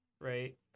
right